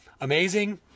Amazing